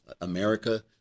America